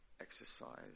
exercise